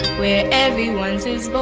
where everyone's his